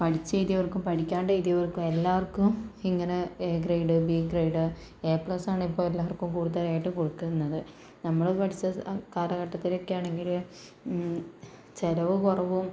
പഠിച്ചെഴുതിയവർക്കും പഠിക്കാണ്ട് എഴുതിയവർക്കും എല്ലാവർക്കും ഇങ്ങനെ A grade B grade A plus ആണിപ്പോൾ എല്ലാവർക്കും കൂടുതലായിട്ട് കൊടുക്കുന്നത് നമ്മള് പഠിച്ച സ കാലഘട്ടത്തിലൊക്കെ ആണെങ്കില് ചിലവ് കുറവും